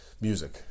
music